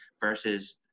versus